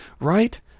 right